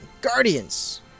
guardians